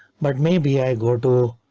but maybe i go to.